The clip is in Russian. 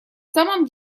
самом